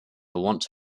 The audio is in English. want